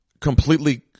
completely –